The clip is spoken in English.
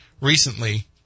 recently